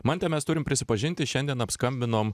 mante mes turim prisipažinti šiandien apskambinom